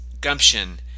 gumption